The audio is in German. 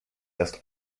erst